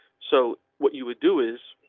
so what you would do is.